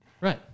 Right